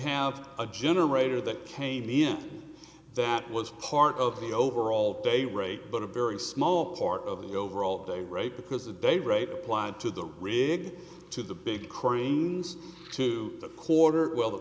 have a generator that came in that was part of the overall day rate but a very small part of the overall day rate because the day rate applied to the rig to the big cranes to the quarter well the